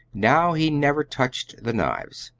now he never touched the knives.